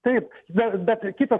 taip bet bet kitas